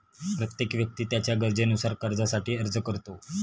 प्रत्येक व्यक्ती त्याच्या गरजेनुसार कर्जासाठी अर्ज करतो